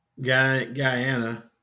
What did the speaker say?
Guyana